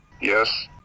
Yes